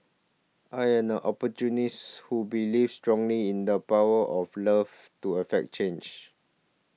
I'm an who believes strongly in the power of love to effect change